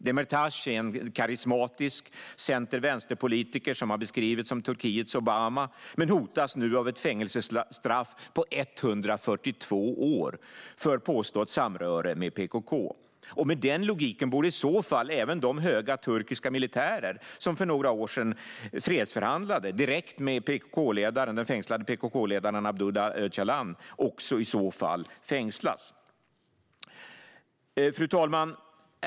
Demirtas är en karismatisk center-vänster-politiker som har beskrivits som Turkiets Obama, men han hotas nu av ett fängelsestraff på 142 år för påstått samröre med PKK. Med den logiken borde i så fall även de höga turkiska militärer som för några år sedan fredsförhandlade direkt med den fängslade PKK-ledaren Abdullah Öcalan fängslas. Fru talman!